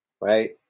Right